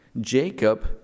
Jacob